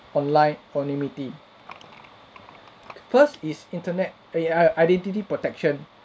online anonymity first is internet eh I identity protection